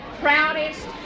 proudest